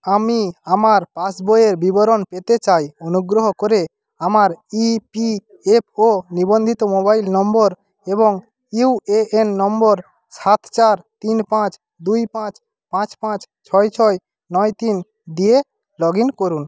আমি আমার পাসবইয়ের বিবরণ পেতে চাই অনুগ্রহ করে আমার ইপিএফও নিবন্ধিত মোবাইল নম্বর এবং ইউএএন নম্বর সাত চার তিন পাঁচ দুই পাঁচ পাঁচ পাঁচ ছয় ছয় নয় তিন দিয়ে লগইন করুন